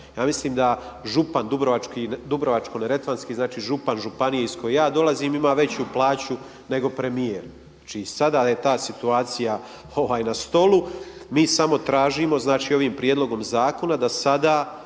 Ja mislim da župan Dubrovačko-neretvanski, znači župan županije iz koje ja dolazim ima veću plaću nego premijer čiji sada je ta situacija na stolu. Mi samo tražimo, znači ovim prijedlogom zakona da sada,